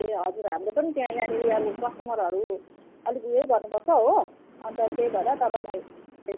ए हजुर हाम्रो पनि त्यहाँ यहाँनिर अब कस्टमरहरू अलिक उयो गर्नुपर्छ हो अन्त त्यही भएर तपाईँलाई